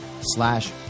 slash